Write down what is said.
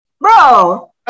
bro